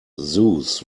zoos